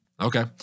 Okay